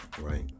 right